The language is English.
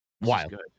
wild